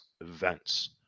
events